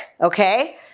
okay